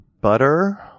Butter